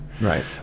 Right